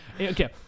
okay